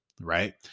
right